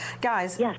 Guys